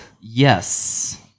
Yes